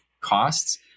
costs